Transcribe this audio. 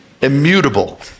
Immutable